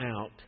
out